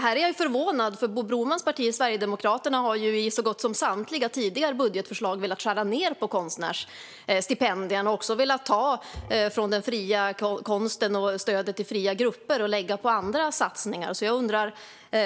Här är jag förvånad, för Bo Bromans parti, Sverigedemokraterna, har i så gott som samtliga tidigare budgetförslag velat skära ned på konstnärsstipendierna. De har också velat ta från den fria konsten och stödet till fria grupper och lägga det på andra satsningar. För det